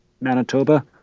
Manitoba